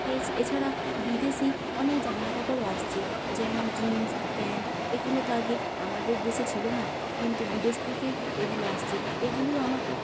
এ এছাড়া বিদেশী অনেক জামা কাপড়ও আসছে যেমন জিন্স প্যান্ট এগুলো তো আগে আমাদের দেশে ছিল না কিন্তু বিদেশ থেকেই এগুলো আসছে এগুলিও আমাকে